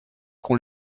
qu’on